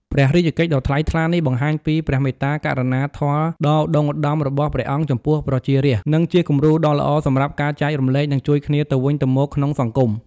ព្រះរាជកិច្ចដ៏ថ្លៃថ្លានេះបង្ហាញពី ព្រះមេត្តាករុណាធម៌ដ៏ឧត្តុង្គឧត្តម របស់ព្រះអង្គចំពោះប្រជារាស្ត្រ និងជាគំរូដ៏ល្អសម្រាប់ការចែករំលែក និងជួយគ្នាទៅវិញទៅមកក្នុងសង្គម។